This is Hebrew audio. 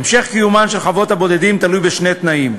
המשך קיומן של חוות הבודדים תלוי בשני תנאים: